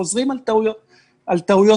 חוזרים על טעויות עבר,